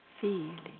feeling